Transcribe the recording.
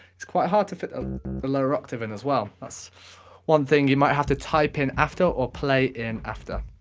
it's quite hard to fit the lower octave in as well. that's one thing you might have to type in after or play in after.